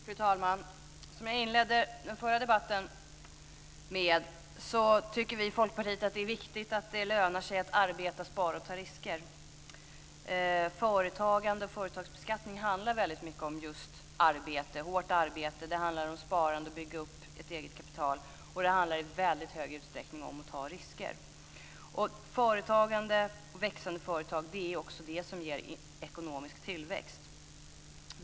Fru talman! Som jag inledde den förra debatten med så tycker vi i Folkpartiet att det är viktigt att det lönar sig att arbeta, spara och ta risker. Företagande och företagsbeskattning handlar väldigt mycket om just att arbeta hårt, spara och att bygga upp ett eget kapital. Och det handlar i väldigt stor utsträckning om att ta risker. Det är växande företag som ger ekonomisk tillväxt.